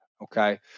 okay